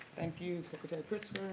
thank you, secretary pritzker.